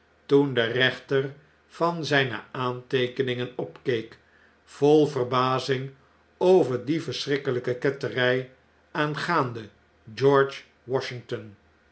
toen de rechter van zjjne aanteekeningen opkeek vol verbazing over die versebrikkeln'ke kettery aangaande george washington